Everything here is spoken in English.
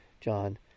John